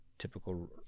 typical